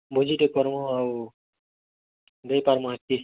ଭୁଜିଟେ କର୍ମୁଁ ଆଉ ଦେଇପାର୍ମା ଏତ୍କି